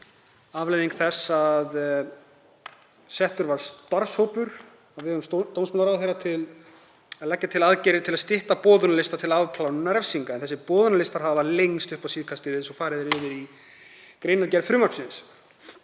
ég skil það, að settur var starfshópur á vegum dómsmálaráðherra til að leggja til aðgerðir til að stytta boðunarlista til afplánunar refsinga. Þessir boðunarlistar hafa lengst upp á síðkastið eins og farið er yfir í greinargerð frumvarpsins.